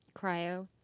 Cryo